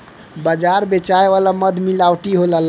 बाजार बेचाए वाला मध मिलावटी होला